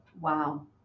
Wow